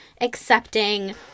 accepting